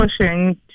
pushing